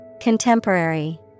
Contemporary